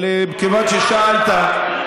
אבל כיוון ששאלת,